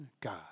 God